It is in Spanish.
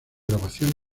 grabación